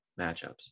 matchups